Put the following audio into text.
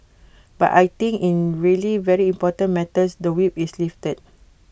but I think in really very important matters the whip is lifted